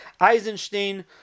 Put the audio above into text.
Eisenstein